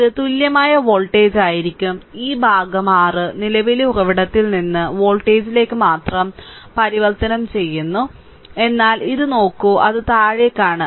ഇത് തുല്യമായ വോൾട്ടേജായിരിക്കും ഈ ഭാഗം r നിലവിലെ ഉറവിടത്തിൽ നിന്ന് വോൾട്ടേജിലേക്ക് മാത്രം പരിവർത്തനം ചെയ്യുന്നു എന്നാൽ ഇത് നോക്കൂ അത് താഴേക്കാണ്